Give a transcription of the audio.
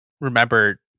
remember